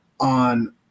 on